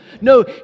No